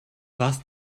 was